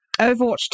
overwatch